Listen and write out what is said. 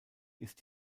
ist